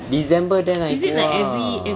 december then I go ah